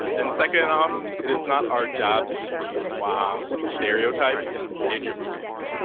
and second off, it is not our job to just be noire ah like stereotypes in your movies.